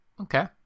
Okay